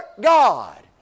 God